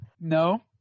No